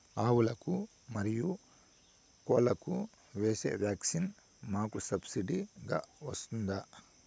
ఆవులకు, మరియు కోళ్లకు వేసే వ్యాక్సిన్ మాకు సబ్సిడి గా వస్తుందా?